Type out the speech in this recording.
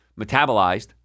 metabolized